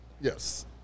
Yes